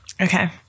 Okay